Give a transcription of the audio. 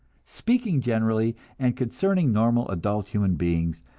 speaking generally, and concerning normal adult human beings,